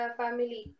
family